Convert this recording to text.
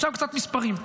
עכשיו קצת מספרים.